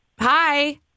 Hi